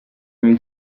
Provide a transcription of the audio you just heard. nel